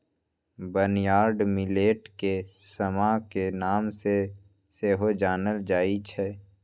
barnyard millet के समा के नाम से सेहो जानल जाइ छै